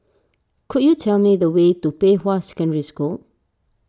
could you tell me the way to Pei Hwa Secondary School